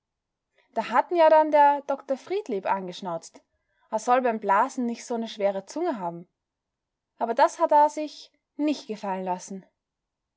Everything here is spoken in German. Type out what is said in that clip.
da hat'n ja dann der dr friedlieb angeschnauzt a soll beim blasen nich so ne schwere zunge haben aber das hat a sich nich gefallen lassen